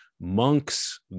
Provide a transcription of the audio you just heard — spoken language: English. Monks